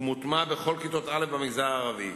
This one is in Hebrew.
הוא מוטמע בכל כיתות א' במגזר הערבי.